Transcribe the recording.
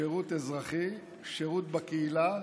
שירות אזרחי, שירות בקהילה,